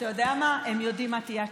אתה יודע מה, הם יודעים מה תהיה התשובה.